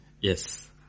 Yes